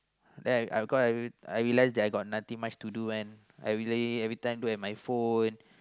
then I I cause I I realise that I got nothing much to do and everyday every time look at my phone